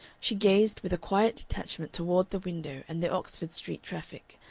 she gazed with a quiet detachment toward the window and the oxford street traffic,